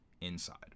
inside